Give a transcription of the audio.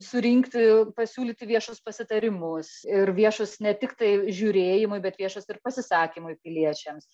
surinkti pasiūlyti viešus pasitarimus ir viešus ne tiktai žiūrėjimui bet viešus ir pasisakymui piliečiams